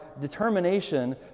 determination